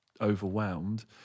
overwhelmed